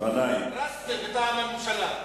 מטעם הממשלה.